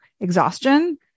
exhaustion